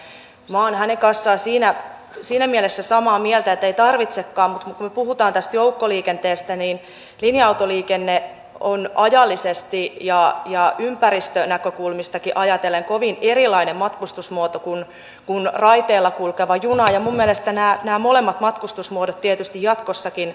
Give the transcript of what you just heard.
minä olen hänen kanssaan siinä mielessä samaa mieltä että ei tarvitsekaan mutta kun me puhumme joukkoliikenteestä linja autoliikenne on ajallisesti ja ympäristönäkökulmistakin ajatellen kovin erilainen matkustusmuoto kuin raiteilla kulkeva juna ja minun mielestäni nämä molemmat matkustusmuodot tietysti jatkossakin tarvitaan